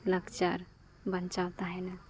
ᱞᱟᱠᱪᱟᱨ ᱵᱟᱧᱪᱟᱣ ᱛᱟᱦᱮᱱᱟ